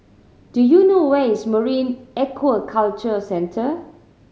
do you know where is Marine Aquaculture Centre